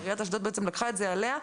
העירייה לקחה את זה עליה.